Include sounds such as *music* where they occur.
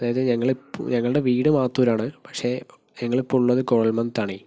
അതായത് ഞങ്ങൾ ഞങ്ങളുടെ വീട് മാത്തൂരാണ് പക്ഷെ ഞങ്ങളിപ്പോളുള്ളത് *unintelligible*